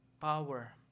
power